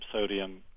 sodium